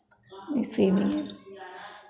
इसीलिए